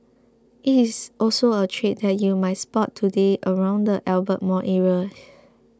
it is also a trade that you might spot today around the Albert Mall area